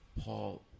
Paul